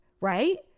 Right